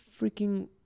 freaking